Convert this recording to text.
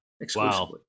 exclusively